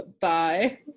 Bye